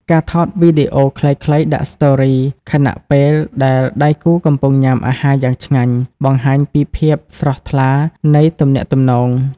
ការថតវីដេអូខ្លីៗ ដាក់ Story ខណៈពេលដែលដៃគូកំពុងញ៉ាំអាហារយ៉ាងឆ្ងាញ់ បង្ហាញពីភាពស្រស់ថ្លានៃទំនាក់ទំនង។